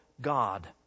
God